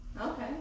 Okay